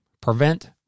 prevent